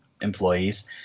employees